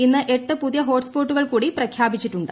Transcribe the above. ഇന്ന് എട്ട് പുതിയ ഹോട്ട് സ്പ്ലോട്ടു്കൾ കൂടി പ്രഖ്യാപിച്ചിട്ടുണ്ട്